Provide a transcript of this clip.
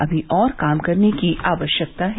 अगी और काम करने की आवश्यकता है